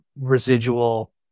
residual